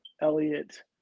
Elliot